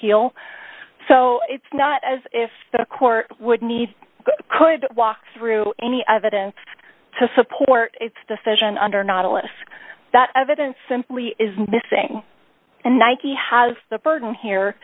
heel so it's not as if the court would need could walk through any evidence to support its decision under not all of that evidence simply is missing and nike has the burden here